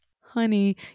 honey